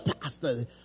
pastor